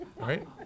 right